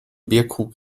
bierkrug